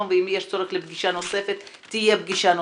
ואם יש צורך בפגישה נוספת תהיה פגישה נוספת.